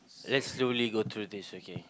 let's slowly go through this okay